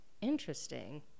Interesting